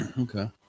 Okay